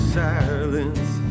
silence